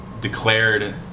declared